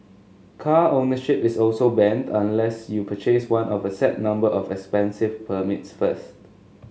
car ownership is also banned unless you purchase one of a set number of expensive permits first